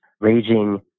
raging